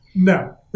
No